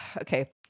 okay